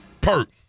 Perk